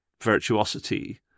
virtuosity